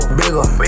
bigger